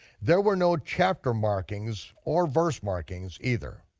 there were no chapter markings or verse markings either.